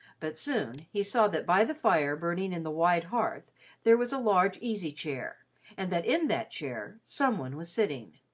but soon he saw that by the fire burning on and the wide hearth there was a large easy-chair and that in that chair some one was sitting,